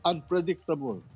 Unpredictable